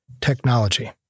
technology